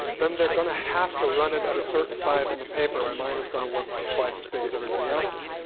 then they are going to have to run it at a certain size on the paper, and mine is going to look twice as big as everybody else's.